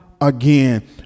again